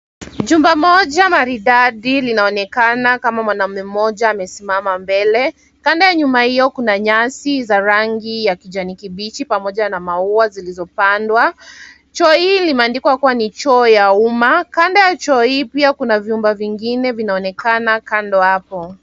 Jumba mmoja maridadi linaonekana kama mwanaume mmoja amesimama mbele. kando ya nyuma hiyo Kuna nyasi za rangi ya kijani kibichi pamoja na mauwa zilizo pandwa. choo hii imeandikwa kwamba kuwa ni choo ya Uma kando ya choo hii Kuna vyumba vingine vinaonekana hapo.